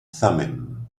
thummim